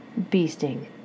Beasting